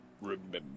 remember